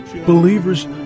believers